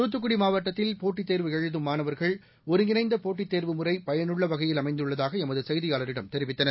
தூத்துக்குடி மாவட்டத்தில் போட்டித் தேர்வு எழுதும் மாணவர்கள் ஒருங்கிணைந்த போட்டித் தேர்வு முறை பயனுள்ள வகையில் அமைந்துள்ளதாக எமது செய்தியாளரிடம் தெரிவித்தனர்